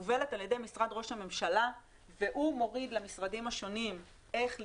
שמובלת על ידי משרד ראש הממשלה והוא מוריד למשרדים השונים איך לנהוג,